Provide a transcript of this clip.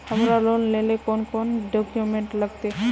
हमरा लोन लेले कौन कौन डॉक्यूमेंट लगते?